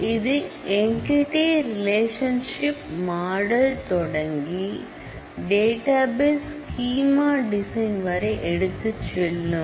இது entity relationship model தொடங்கி database schema design வரை எடுத்துச்செல்லும்